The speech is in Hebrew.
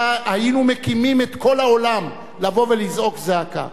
היינו מקימים את כל העולם לבוא ולזעוק זעקה.